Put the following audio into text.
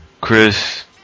Chris